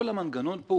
כל המנגנון פה,